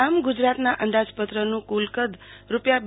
આમ ગુજરાતના અંદાજપત્રનું કુલ કદ રૂપિયા ર